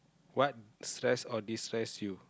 what stress or destress you